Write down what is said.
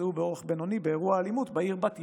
נפצעו באורח בינוני באירוע אלימות בעיר בת ים.